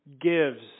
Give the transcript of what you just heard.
gives